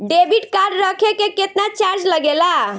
Debit card रखे के केतना चार्ज लगेला?